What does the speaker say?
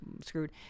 screwed